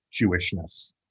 Jewishness